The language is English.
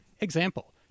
Example